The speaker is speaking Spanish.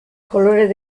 colores